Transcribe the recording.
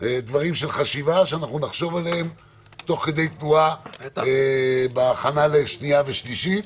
דברים שצריך לחשוב עליהם תוך כדי תנועה בהכנה לשנייה ושלישית.